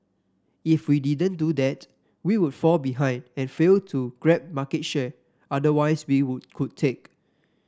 if we didn't do that we would fall behind and fail to grab market share otherwise we would could take